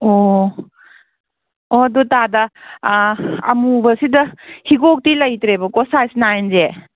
ꯑꯣ ꯑꯣ ꯑꯗꯣ ꯇꯥꯗ ꯑꯃꯨꯕꯁꯤꯗ ꯍꯤꯒꯣꯛꯇꯤ ꯂꯩꯇ꯭ꯔꯦꯕꯀꯣ ꯁꯥꯏꯁ ꯅꯥꯏꯟꯖꯦ